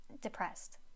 depressed